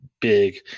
big